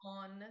on